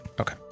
Okay